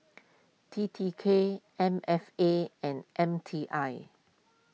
T T K M F A and M T I